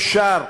אפשר,